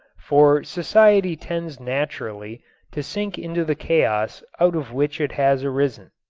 for society tends naturally to sink into the chaos out of which it has arisen.